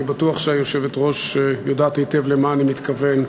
אני בטוח שהיושבת-ראש יודעת היטב למה אני מתכוון.